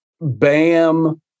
bam